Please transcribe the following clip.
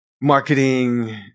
marketing